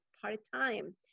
part-time